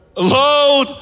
Load